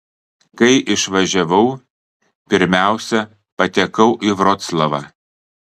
kai išvažiavau pirmiausia patekau į vroclavą